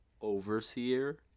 overseer